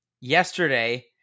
yesterday